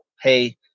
hey